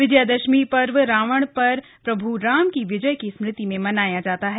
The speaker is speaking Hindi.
विजयदशमी पर्व रावण पर प्रभु राम की विजय की स्मृति में मनाया जाता है